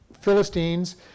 Philistines